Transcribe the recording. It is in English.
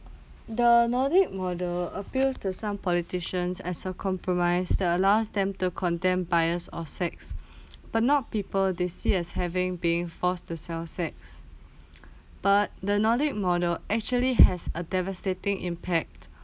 the nordic model appeals to some politicians as a compromise that allows them to condemn bias of sex but not people they see as having being forced to sell sex but the nordic model actually has a devastating impact